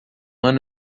ano